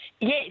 Yes